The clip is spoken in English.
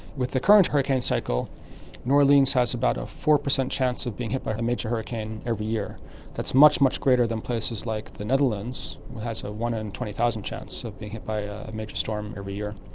with the current hurricane cycle new orleans has about a four percent chance of being hit by a major hurricane every year that's much, much greater than places like the netherlands, which has a one in twenty thousand chance of being hit by a major storm every year.